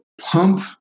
pump